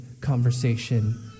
conversation